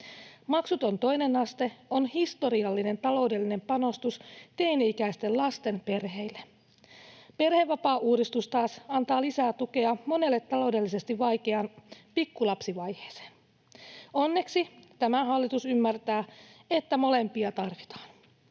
Maksuton toinen aste on historiallinen taloudellinen panostus teini-ikäisten lasten perheille. Perhevapaauudistus taas antaa lisää tukea monelle taloudellisesti vaikeaan pikkulapsivaiheeseen. Onneksi tämä hallitus ymmärtää, että molempia tarvitaan.